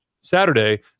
Saturday